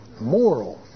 Moral